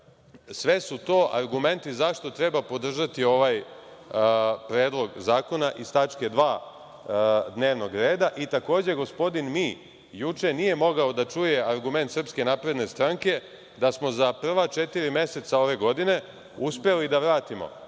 sve su to argumenti zašto treba podržati ovaj Predlog zakona iz tačke 2. dnevnog reda. Takođe, gospodin „mi“ juče nije mogao da čuje argument Srpske napredne stranke da smo za prva četiri meseca ove godine uspeli da vratimo